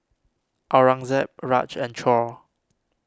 Aurangzeb Raj and Choor